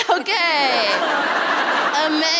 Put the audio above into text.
Okay